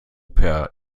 per